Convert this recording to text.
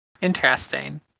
interesting